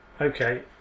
Okay